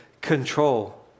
control